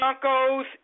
Broncos